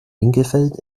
winkelfeld